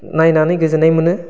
नायनानै गोजोननाय मोनो